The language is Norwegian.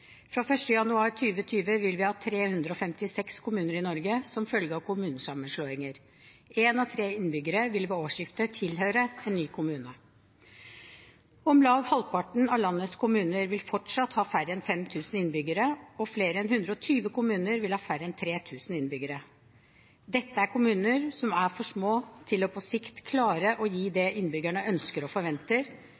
Fra 1. januar 2020 vil vi ha 356 kommuner i Norge, som følge av kommunesammenslåinger. Én av tre innbyggere vil ved årsskiftet tilhøre en ny kommune. Om lag halvparten av landets kommuner vil fortsatt ha færre enn 5 000 innbyggere, og flere enn 120 kommuner vil ha færre enn 3 000. Dette er kommuner som på sikt er for små til å klare å gi det